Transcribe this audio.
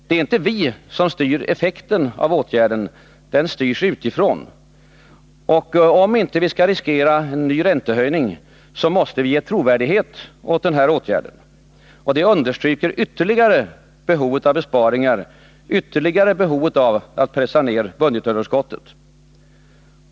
Det ärinte vi i Sverige som styr effekten av åtgärden. Den styrs utifrån. Och om vi inte skall riskera en ny räntehöjning måste vi ge trovärdighet åt åtgärden. Det understryker ytterligare behovet av besparingar, behovet av att pressa ned budgetunderskottet.